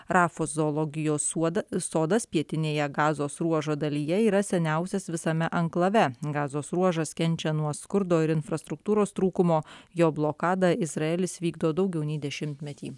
rafos zoologijos suoda sodas pietinėje gazos ruožo dalyje yra seniausias visame anklave gazos ruožas kenčia nuo skurdo ir infrastruktūros trūkumo jo blokadą izraelis vykdo daugiau nei dešimtmetį